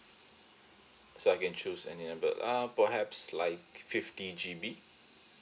so I can choose any uh perhaps like fifty G_B